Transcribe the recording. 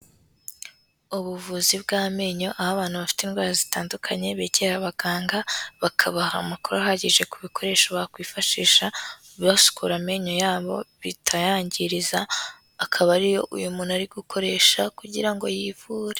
Ubuvuzi bw'amenyo aho abantu bafite indwara zitandukanye begera abaganga bakabaha amakuru ahagije ku bikoresho bakwifashisha basukura amenyo yabo bitayangiriza, akaba ariyo uyu muntu ari gukoresha kugira ngo yivure.